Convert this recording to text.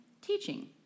teaching